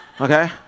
Okay